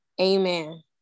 amen